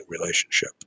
relationship